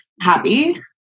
happy